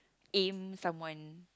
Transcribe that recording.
aim someone